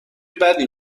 بدی